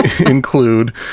include